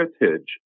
heritage